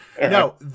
No